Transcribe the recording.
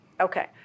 Okay